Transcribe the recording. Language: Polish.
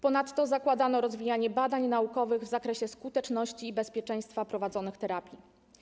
Ponadto zakładano rozwijanie badań naukowych w zakresie skuteczności i bezpieczeństwa prowadzonych terapii.